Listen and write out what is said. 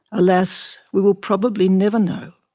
alas, we will probably never know.